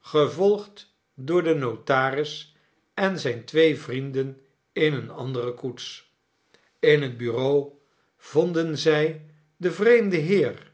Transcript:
gevolgd door den notaris en zijne twee vrienden in eene andere koets in het bureau vonden zij den vreemden heer